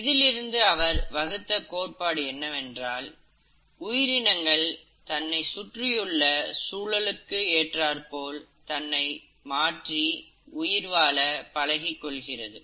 இதிலிருந்து அவர் வகுத்த கோட்பாடு என்னவென்றால் உயிரினங்கள் தன்னை சுற்றியுள்ள சூழலுக்கு ஏற்றார்போல் தன்னை மாற்றி உயிர் வாழ பழகிக் கொள்கிறது